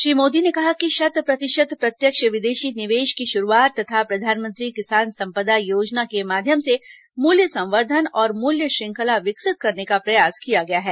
श्री मोदी ने कहा कि शत प्रतिशत प्रत्यक्ष विदेशी निवेश की शुरूआत तथा प्रधानमंत्री किसान सम्पदा योजना के माध्यम से मूल्य संवर्धन और मूल्य श्रृंखला विकसित करने का प्रयास किया गया है